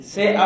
Say